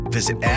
Visit